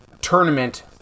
tournament